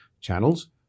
channels